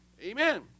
amen